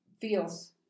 feels